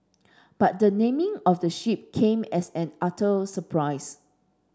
but the naming of the ship came as an utter surprise